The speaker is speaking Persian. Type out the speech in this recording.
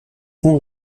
اون